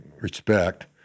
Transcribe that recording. respect